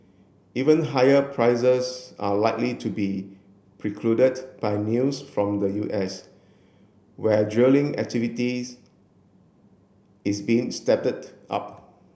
even higher prices are likely to be precluded by news from the U S where drilling activities is being up